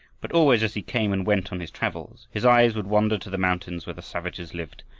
but always as he came and went on his travels, his eyes would wander to the mountains where the savages lived,